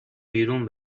بیرون